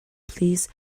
please